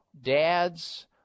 dads